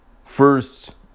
first